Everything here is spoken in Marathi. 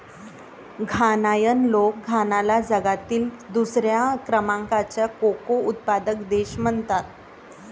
घानायन लोक घानाला जगातील दुसऱ्या क्रमांकाचा कोको उत्पादक देश म्हणतात